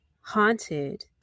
Haunted